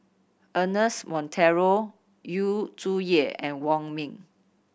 Ernest Monteiro Yu Zhuye and Wong Ming